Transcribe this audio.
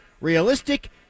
Realistic